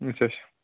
اچھا اچھ